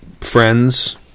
friends